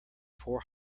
four